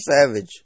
Savage